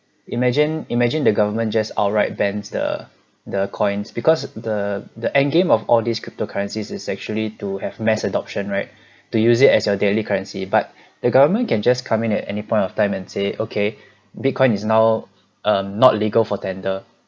imagine imagine the government just outright bans the the coins because the the end game of all these cryptocurrencies is actually to have mass adoption right to use it as your daily currency but the government can just come in at any point of time and say okay bitcoin is now um not legal for tender